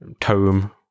tome